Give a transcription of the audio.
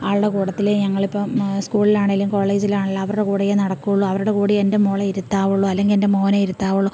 ആളുടെ കൂട്ടത്തിലെ ഞങ്ങളിപ്പം സ്കൂളിലാണേലും കോളേജിലാണേലും അവരുടെ കൂടെയേ നടക്കുകയുള്ളു അവരുടെ കൂടെയേ എൻ്റെ മോളെ ഇരുത്താവുള്ളു അല്ലെങ്കിൽ എൻ്റെ മോനെ ഇരുത്താവുള്ളു